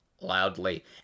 loudly